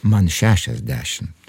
man šešiasdešimt